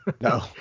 no